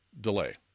delay